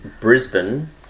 Brisbane